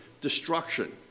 destruction